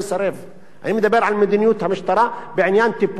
אני מדבר על מדיניות המשטרה בעניין טיפול כזה.